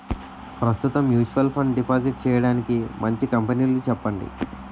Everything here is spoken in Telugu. ప్రస్తుతం మ్యూచువల్ ఫండ్ డిపాజిట్ చేయడానికి మంచి కంపెనీలు చెప్పండి